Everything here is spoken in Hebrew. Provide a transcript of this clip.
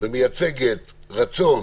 שמייצגת רצון